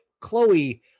Chloe